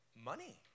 money